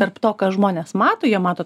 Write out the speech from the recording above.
tarp to ką žmonės mato jie mato